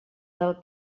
del